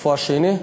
איפה השני?